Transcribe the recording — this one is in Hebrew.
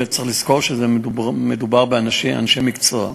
וצריך לזכור שמדובר באנשי מקצוע,